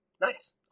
Nice